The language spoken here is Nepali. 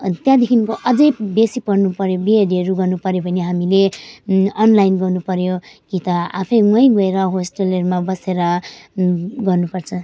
त्यहाँदेखिको अझै बेसी पढ्नु परे बिएडहरू गर्नुपऱ्यो भने हामीले अनलाइन गर्नुपऱ्यो कि त आफै वहीँ गएर होस्टेलहरूमा बसेर गर्नुपर्छ